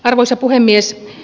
arvoisa puhemies